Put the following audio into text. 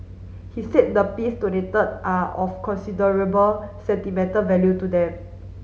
he said the piece donated are of considerable sentimental value to them